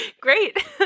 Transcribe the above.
Great